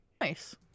Nice